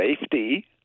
safety